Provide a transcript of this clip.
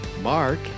Mark